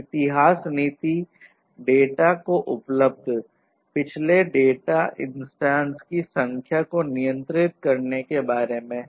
इतिहास नीति डेटा को उपलब्ध पिछले डेटा इंस्टेंस की संख्या को नियंत्रित करने के बारे में है